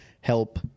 help